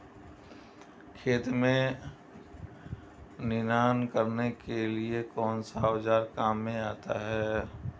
खेत में निनाण करने के लिए कौनसा औज़ार काम में आता है?